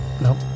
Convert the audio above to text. Nope